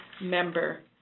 member